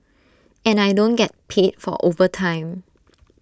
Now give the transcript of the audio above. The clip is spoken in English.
and I don't get paid for overtime